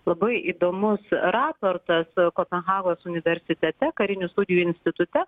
labai įdomus raportas kopenhagos universitete karinių studijų institute